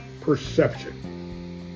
perception